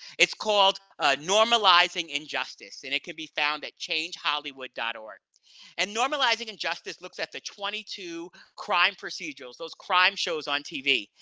it's called normalizing injustice, and it can be found at changehollywood org. and normalizing injustice looks at the twenty two crime procedurals, those crime shows on tv.